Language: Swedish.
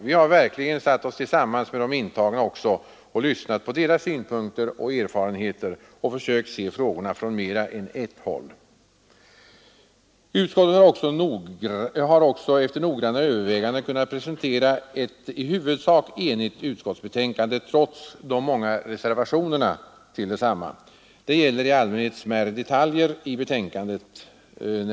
Vi har verkligen satt oss tillsammans med de intagna också och lyssnat på deras synpunkter och erfarenheter och försökt se frågorna från mer än ett håll. Utskottet har efter noggranna överväganden kunnat presentera ett i huvudsak enigt utskottsbetänkande, trots de många reservationerna till detsamma. Reservationerna gäller i allmänhet smärre detaljer i betänkandet.